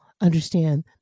understand